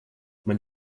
man